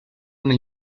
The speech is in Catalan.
una